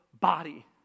body